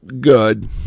good